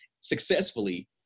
successfully